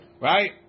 Right